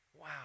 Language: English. Wow